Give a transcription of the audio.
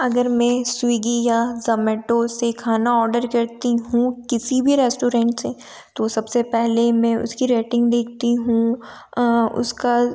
अगर मैं स्विगी या ज़मेटो से खाना ऑडर करती हूँ किसी भी रेस्टोरेंट से तो सबसे पहले मे उसकी रेटिंग देखती हूँ उसका